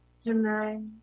tonight